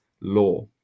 law